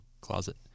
closet